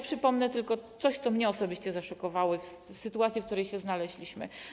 Przypomnę tylko coś, co mnie osobiście zaszokowało w sytuacji, w której się znaleźliśmy.